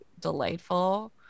delightful